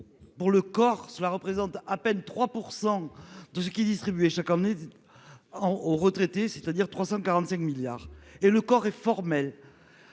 Pour le corps, cela représente à peine 3% de ceux qui distribuait chaque année. En aux retraités, c'est-à-dire 345 milliards et le corps est formel,